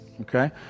okay